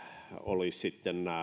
olisivat sotilas